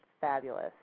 fabulous